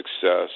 success